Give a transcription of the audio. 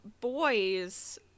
boys